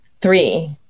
three